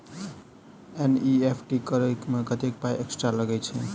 NEFT करऽ मे कत्तेक पाई एक्स्ट्रा लागई छई?